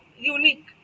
unique